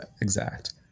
exact